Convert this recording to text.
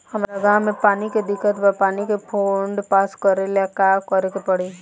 हमरा गॉव मे पानी के दिक्कत बा पानी के फोन्ड पास करेला का करे के पड़ी?